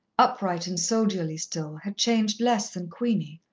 upright and soldierly still, had changed less than queenie.